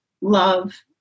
love